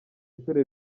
inshuro